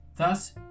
Thus